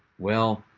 well,